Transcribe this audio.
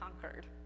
conquered